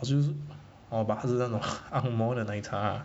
orh but 他是那种 ang moh 的奶茶 ah